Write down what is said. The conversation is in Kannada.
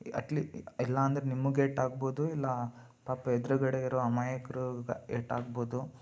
ಈ ಅಟ್ಲಿ ಇಲ್ಲಾಂದರೆ ನಿಮಗ್ ಏಟು ಆಗ್ಬೋದು ಇಲ್ಲ ಪಾಪ ಎದುರುಗಡೆ ಇರೋ ಅಮಾಯಕ್ರುಗೆ ಏಟಾಗ್ಬೋದು